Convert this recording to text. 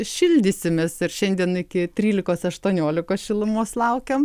šildysimės ir šiandien iki trylikos aštuoniolikos šilumos laukiam